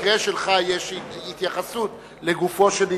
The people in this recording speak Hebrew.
לא, אבל במקרה שלך יש התייחסות לגופו של עניין.